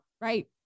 Right